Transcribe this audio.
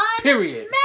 Period